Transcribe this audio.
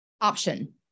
option